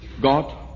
God